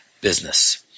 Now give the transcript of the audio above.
business